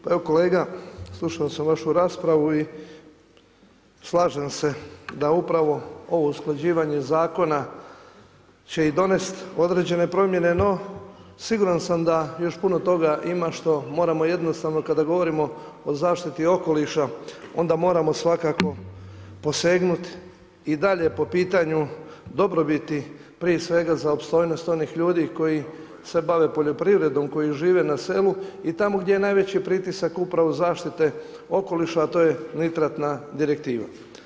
Pa evo kolega, slušao sam vašu raspravu i slažem se da upravo ovo usklađivanje zakona će i donest određene promjene no siguran sam da još puno toga ima što moramo jednostavno kada govorimo o zaštiti okoliša onda moramo svakako posegnuti i dalje po pitanju dobrobiti prije svega za opstojnost onih ljudi koji se bave poljoprivredom, koji žive na selu i tamo gdje je najveći pritisak upravo zaštite okoliša a to je a to je nitratna direktiva.